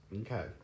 Okay